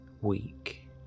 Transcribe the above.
weak